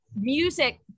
music